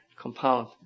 compound